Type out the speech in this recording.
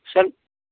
sir